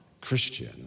Christian